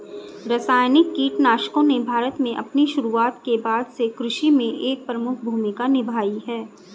रासायनिक कीटनाशकों ने भारत में अपनी शुरुआत के बाद से कृषि में एक प्रमुख भूमिका निभाई है